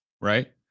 right